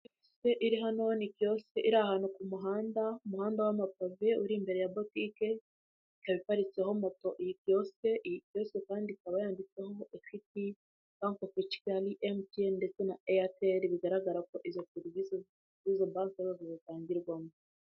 Kioske iri hano ni kioske iri ahantu ku muhanda, umuhanda wamapave uri imbere ya botike ikaba iparitseho moto iyo kioske kandi ikaba yanditseho Equity bank of kigali MTN ndetse na airtel bigaragara ko izo servisi zizo bank zose zitangirwamo.